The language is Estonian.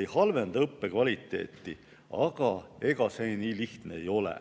ei halvenda õppekvaliteeti, aga ega see nii lihtne ei ole.